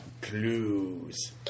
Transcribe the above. Clues